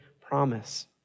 promise